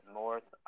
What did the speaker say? north